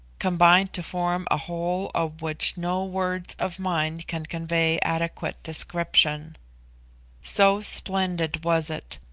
combined to form a whole of which no words of mine can convey adequate description so splendid was it,